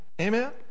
Amen